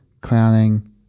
clowning